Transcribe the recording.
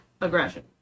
Aggression